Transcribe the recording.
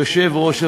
יושב-ראש הוועדה,